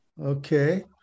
Okay